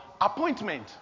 appointment